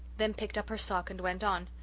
then picked up her sock and went on.